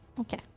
Okay